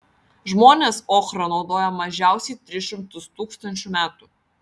žmonės ochrą naudoja mažiausiai tris šimtus tūkstančių metų